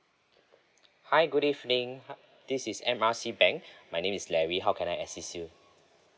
hi good evening this is M R C bank my name is larry how can I assist you